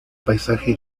paisaje